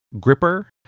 gripper